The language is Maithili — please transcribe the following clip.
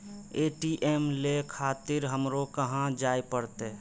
ए.टी.एम ले खातिर हमरो कहाँ जाए परतें?